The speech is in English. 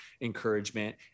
encouragement